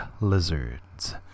Lizards